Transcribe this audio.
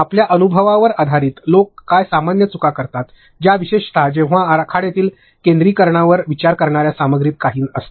आपल्या अनुभवावर आधारित लोक काय सामान्य चुका करतात ज्या विशेषत जेव्हा आखाड्यातील केंद्रीकरणावर विचार करणार्या सामग्रीत काही असते